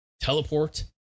teleport